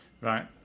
right